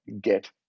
get